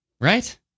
right